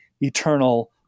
eternal